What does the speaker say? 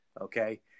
Okay